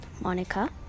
monica